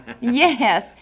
Yes